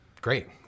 Great